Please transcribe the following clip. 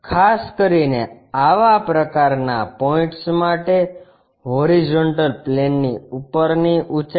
ખાસ કરીને આવા પ્રકારના પોઇન્ટ્સ માટે હોરીઝોન્ટલ પ્લેનની ઉપરની ઊંચાઇ